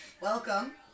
Welcome